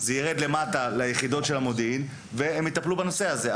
זה ירד למטה ליחידות המודיעין והם יטפלו בנושא הזה.